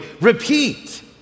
Repeat